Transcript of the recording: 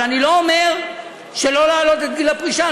אבל אני לא אומר שלא להעלות את גיל הפרישה.